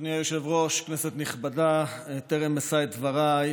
אדוני היושב-ראש, כנסת נכבדה, בטרם אשא את דבריי,